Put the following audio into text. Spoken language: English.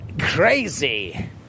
crazy